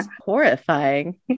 horrifying